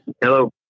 Hello